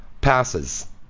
passes